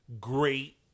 great